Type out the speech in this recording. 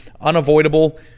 unavoidable